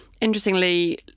interestingly